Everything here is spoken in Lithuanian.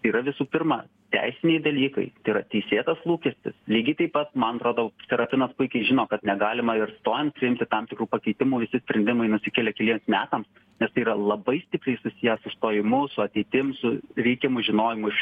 yra visų pirma teisiniai dalykai tai yra teisėtas lūkestis lygiai taip pat man atrodo serafinas puikiai žino kad negalima ir stojant priimti tam tikrų pakeitimų visi sprendimai nusikelia keliems metams nes tai yra labai stipriai susiję su stojimu su ateitim su reikiamu žinojimu iš